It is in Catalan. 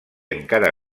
encara